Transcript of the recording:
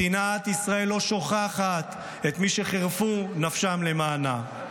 מדינת ישראל לא שוכחת את מי שחירפו נפשם למענה.